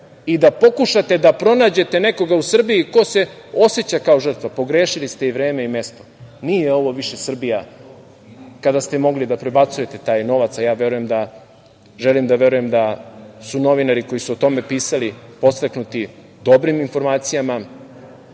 i da pokušate da pronađete nekoga u Srbiji ko se oseća kao žrtva. Pogrešili ste i vreme i mesto. Nije ovo više Srbija kada ste mogli da prebacujete taj novac, a ja želim da verujem da su novinari koji su o tome pisali podstaknuti dobrim informacijama